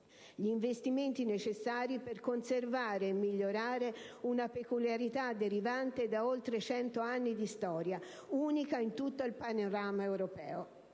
gli investimenti necessari per conservare e migliorare una peculiarità derivante da oltre 100 anni di storia, unica in tutto il panorama europeo.